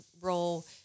role